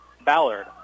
Ballard